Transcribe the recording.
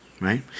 right